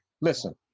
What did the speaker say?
Listen